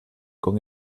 con